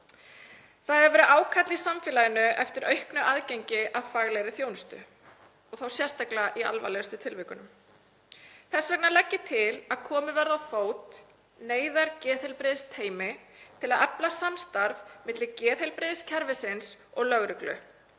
Það hefur verið ákall í samfélaginu eftir auknu aðgengi að faglegri þjónustu, sérstaklega í alvarlegustu tilvikunum. Þess vegna legg ég til að komið verði á fót neyðargeðheilbrigðisteymi til að efla samstarf milli geðheilbrigðiskerfisins og lögreglu